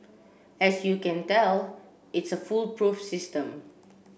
as you can tell it's a foolproof system